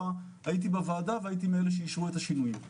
הייתי בוועדה והייתי מאלה שאישרו את השינויים.